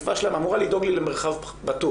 באכיפה שלהם הם אמורים לדאוג לי למרחב בטוח.